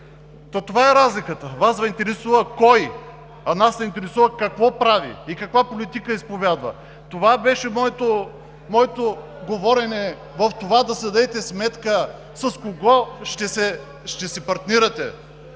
това е разликата – Вас Ви интересува кой, а нас ни интересува какво прави и каква политика изповядва! Това беше моето говорене, в това да си дадете сметка с кого ще си партнирате